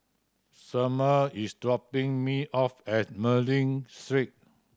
Selmer is dropping me off at Mei Ling Street